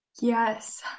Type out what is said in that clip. Yes